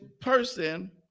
person